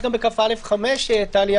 טליה,